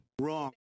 Wrong